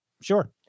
Sure